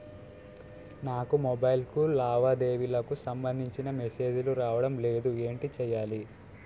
నాకు మొబైల్ కు లావాదేవీలకు సంబందించిన మేసేజిలు రావడం లేదు ఏంటి చేయాలి?